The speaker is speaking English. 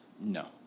No